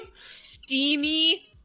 steamy